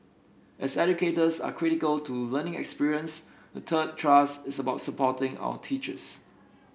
as educators are critical to learning experience the third thrust is about supporting our teachers